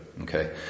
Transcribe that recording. Okay